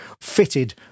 fitted